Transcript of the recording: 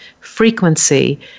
frequency